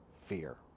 fear